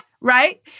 right